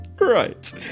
Right